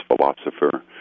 philosopher